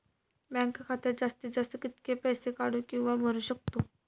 Bank खात्यात जास्तीत जास्त कितके पैसे काढू किव्हा भरू शकतो?